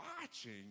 watching